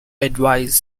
advise